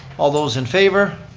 all those in favor?